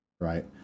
Right